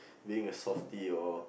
being a softie or